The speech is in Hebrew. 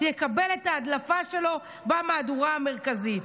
יקבל את ההדלפה שלו במהדורה המרכזית.